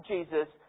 Jesus